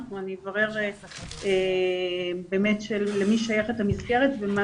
אני אברר באמת למי שייכת המסגרת ומה